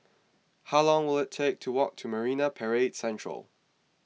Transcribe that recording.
how long will it take to walk to Marine Parade Central